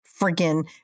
freaking